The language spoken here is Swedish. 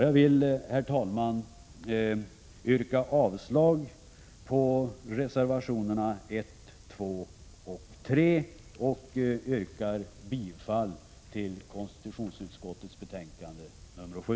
Jag vill, herr talman, yrka avslag på reservationerna 1,2 och 3 och bifall till hemställan i konstitutionsutskottets betänkande 7.